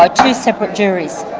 ah two separate juries.